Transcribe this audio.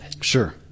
Sure